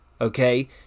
okay